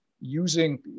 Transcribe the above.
using